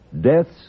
deaths